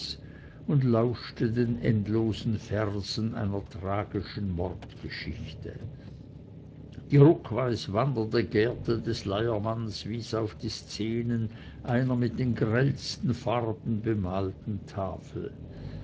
und lauschte den endlosen versen einer tragischen mordgeschichte die ruckweis wandernde gerte des leiermanns wies auf die szenen einer mit den grellsten farben bemalten tafel